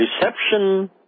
reception